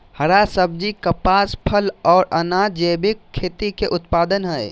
हरा सब्जी, कपास, फल, आर अनाज़ जैविक खेती के उत्पाद हय